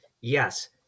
Yes